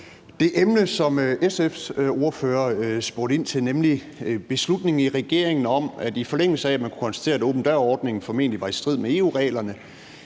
det emne, som SF's ordfører spurgte ind til, nemlig at i forlængelse af at man kunne konstatere, at åben dør-ordningen formentlig var i strid med EU-reglerne,